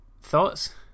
Thoughts